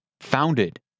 founded